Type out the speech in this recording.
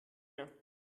mehr